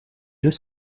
deux